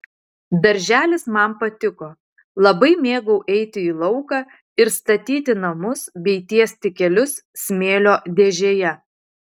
darželis man patiko labai mėgau eiti į lauką ir statyti namus bei tiesti kelius smėlio dėžėje